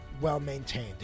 well-maintained